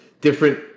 different